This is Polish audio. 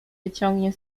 wyciągnie